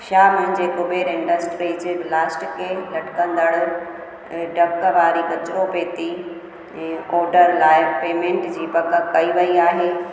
छा मुंहिंजे Kuber industries plastic लटिकंदड़ु ढकि वारी कचरो पेटी इए ऑडर लाइ पेमेंट जी पक कई वई आहे